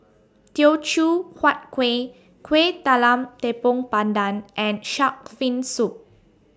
Teochew Huat Kueh Kueh Talam Tepong Pandan and Shark's Fin Soup